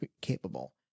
capable